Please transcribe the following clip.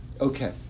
Okay